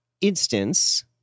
instance